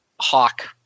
Hawk